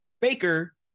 Baker